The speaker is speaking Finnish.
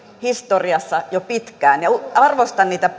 historiassa jo pitkään arvostan niitä